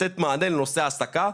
לתת מענה לנושא העסקה.